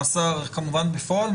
מאסר בפועל,